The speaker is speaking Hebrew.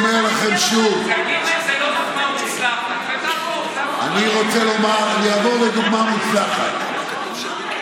לנו וללמד אותנו על מוסר ועל משמעות המושג "אלונקה"